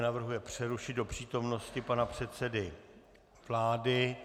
Navrhuje přerušit do přítomnosti pana předsedy vlády.